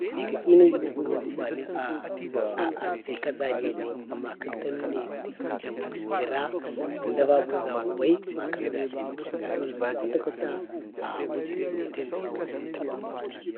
Gadini wujuru va əfe i kazani bai. amma kaktanu nai tə'yu jlamu jləra, əmda vabo gawa bai, gəma kak daten. gadau za kwata kwata awujuru daten də kak təna da bambamti.